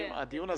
הסטודנטים.